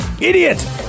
Idiot